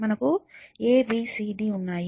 మనకు a b c d ఉన్నాయి